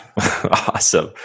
Awesome